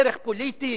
דרך פוליטית,